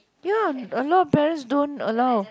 ya a lot parents don't allow